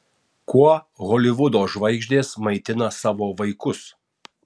kuo holivudo žvaigždės maitina savo vaikus